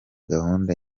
gahunda